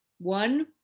One